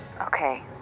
Okay